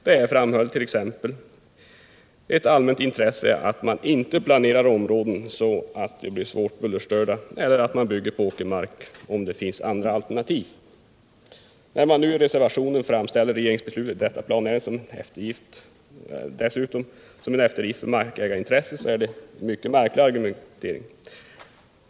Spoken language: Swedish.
Det är, framhöll bostadsministern, t.ex. ett allmänt intresse att man inte planerar områden så att de blir svårt bullerstörda eller att man bygger på åkermark om det finns andra alternativ. När man nu i reservationen framställer regeringsbeslutet i detta planärende som en eftergift för markägarintressen, är det en mycket märklig argumentering.